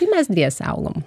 tai mes dviese augom